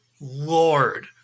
Lord